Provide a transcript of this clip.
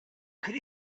could